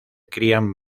crían